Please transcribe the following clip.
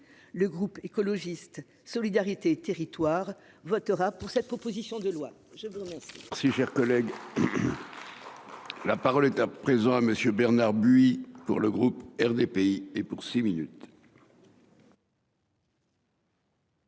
Le groupe Écologiste - Solidarité et Territoires votera pour cette proposition de loi. La parole